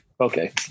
okay